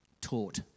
Taught